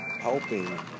helping